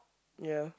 ya